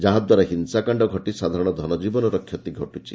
ଯାହାଦ୍ୱାରା ହିଂସାକାଣ୍ଡ ଘଟି ସାଧାରଣ ଧନଜୀବନର କ୍ଷତିଘଟୁଛି